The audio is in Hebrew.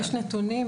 יש נתונים.